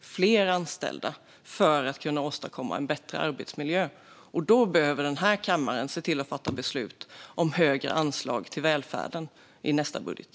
fler anställda för att kunna åstadkomma en bättre arbetsmiljö, precis som jag sa i mitt förra replikskifte, och då behöver den här kammaren se till att fatta beslut om högre anslag till välfärden i nästa budget.